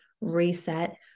reset